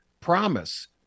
promise